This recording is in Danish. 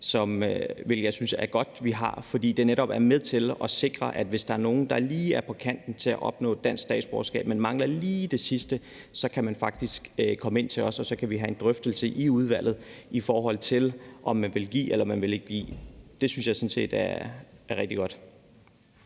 som jeg synes det er godt at vi har, fordi det netop er med til at sikre, at hvis der er nogen, der er på kanten til at opnå dansk statsborgerskab, men lige mangler det sidste, så kan vedkommende faktisk komme ind til os, og så kan vi have en drøftelse i udvalget, i forhold til om man vil give det eller ikke vil give det. Det synes jeg sådan set er rigtig godt.